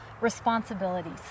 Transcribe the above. responsibilities